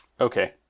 Okay